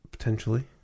Potentially